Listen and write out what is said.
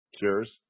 cheers